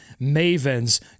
mavens